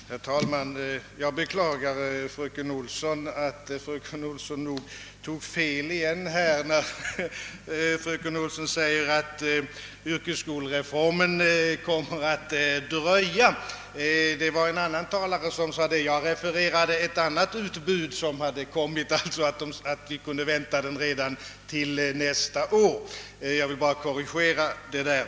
Herr talman! Jag beklagar, men fröken Olsson tar fel igen, när hon talar om att jag sagt, att yrkesskolereformen kommer att dröja. Det var en annan talare som sade det. Jag refererade ett annat utbud, nämligen det att vi kan vänta reformen redan nästa år. Jag vill bara korrigera den saken.